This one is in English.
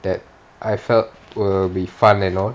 that I felt will be fun and all